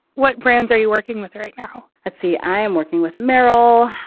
what brands are you working with right now? let's see. i am working with meryl.